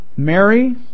Mary